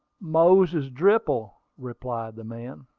moses dripple, replied the man.